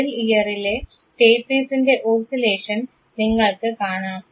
middle ഇയറിലെ സ്റ്റേപീസിൻറെ oscillation നിങ്ങൾക്ക് കാണാം